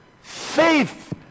faith